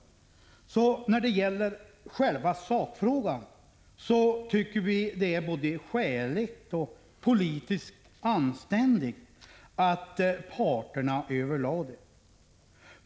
När det gäller själva sakfrågan anser vi att det är både skäligt och politiskt anständigt att parterna överlade.